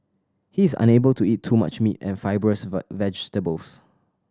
he is unable to eat too much meat and fibrous vegetables